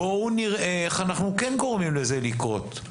בואו נראה איך אנחנו גורמים לזה לקרות.